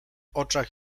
oczach